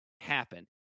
happen